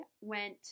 went